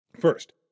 first